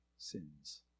sins